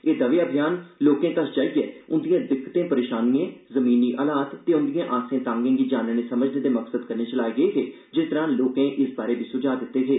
एह दवै अभियान लोकें कश जाइयै उन्दियें दिक्कतें परेशानियें जमीनी हालात ते उन्दियें आसें तागें गी जानने समझने दे मकसद कन्नै चलाए गे जिस दौरान लोके इस बारै बी सुझा दिते हे